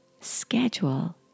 schedule